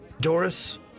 Doris